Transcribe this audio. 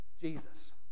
Jesus